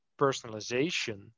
personalization